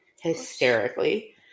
hysterically